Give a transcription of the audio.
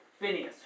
Phineas